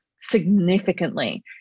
significantly